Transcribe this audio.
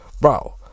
bro